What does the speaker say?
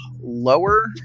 lower